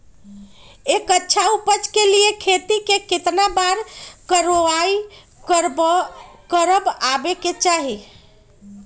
एक अच्छा उपज के लिए खेत के केतना बार कओराई करबआबे के चाहि?